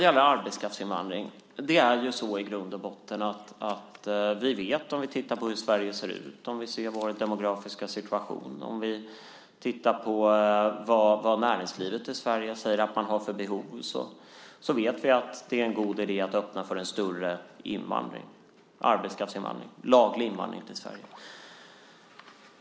Om vi tittar på Sveriges demografiska situation och på vad näringslivet i Sverige har för behov ser vi att det i grund och botten är en god idé att öppna för en större laglig arbetskraftsinvandring till Sverige.